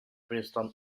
princeton